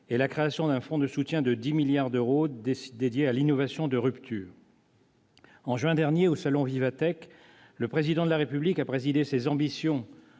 et la création d'un fonds de soutien de 10 milliards d'euros dédié à l'innovation de rupture. En juin dernier, au salon Viva Tech, le Président de la République a précisé ses ambitions